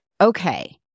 okay